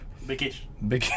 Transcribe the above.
Vacation